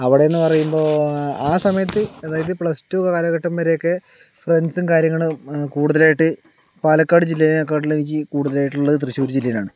അവിടേന്ന് പറയുമ്പോൾ ആ സമയത്ത് അതായത് പ്ലസ് ടു കാലഘട്ടം വരെയൊക്കെ ഫ്രണ്ട്സും കാര്യങ്ങളും കൂടുതലായിട്ട് പാലക്കാട് ജില്ലയിലേകാട്ടിലും എനിക്ക് കൂടുതലായിട്ടുള്ളത് എനിക്ക് തൃശ്ശൂർ ജില്ലയിലാണ്